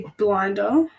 blinder